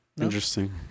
Interesting